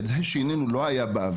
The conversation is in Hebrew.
את זה שיננו וזה לא היה בעבר,